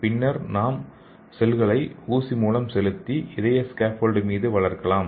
பின்னர் நாம் செல்களை ஊசி மூலம் செலுத்தி இந்த இதய ஸ்கேப்போல்டு மீது வளர்க்கலாம்